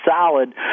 solid